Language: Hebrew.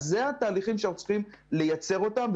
אלו התהליכים שאנחנו צריכים לייצר אותם,